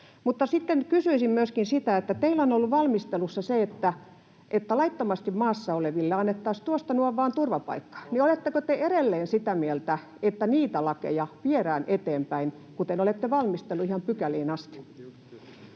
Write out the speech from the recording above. ukrainalaisia. Kysyisinkin: kun teillä on ollut valmistelussa se, että laittomasti maassa oleville annettaisiin tuosta noin vaan turvapaikka, niin oletteko te edelleen sitä mieltä, että niitä lakeja viedään eteenpäin, kuten olette valmistellut ihan pykäliin asti?